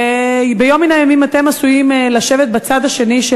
וביום מן הימים אתם עשויים לשבת בצד השני של